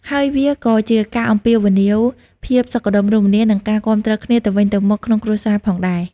ហើយវាក៏ជាការអំពាវនាវរកភាពសុខដុមរមនា និងការគាំទ្រគ្នាទៅវិញទៅមកក្នុងគ្រួសារផងដែរ។